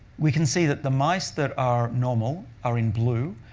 we can see that the mice that are normal are in blue,